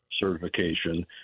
certification